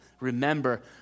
remember